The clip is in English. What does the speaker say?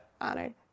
Honored